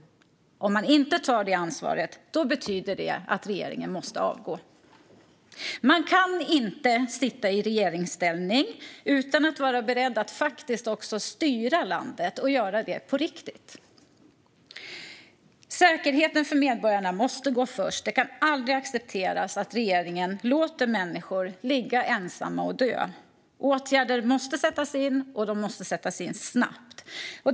Om man inte tar det ansvaret betyder det att regeringen måste avgå. Man kan inte sitta i regeringsställning utan att vara beredd att faktiskt också styra landet och göra det på riktigt. Säkerheten för medborgarna måste gå först. Det kan aldrig accepteras att regeringen låter människor ligga ensamma och dö. Åtgärder måste sättas in, och de måste sättas in snabbt.